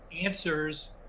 answers